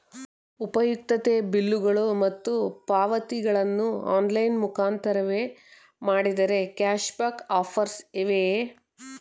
ಉಪಯುಕ್ತತೆ ಬಿಲ್ಲುಗಳು ಮತ್ತು ಪಾವತಿಗಳನ್ನು ಆನ್ಲೈನ್ ಮುಖಾಂತರವೇ ಮಾಡಿದರೆ ಕ್ಯಾಶ್ ಬ್ಯಾಕ್ ಆಫರ್ಸ್ ಇವೆಯೇ?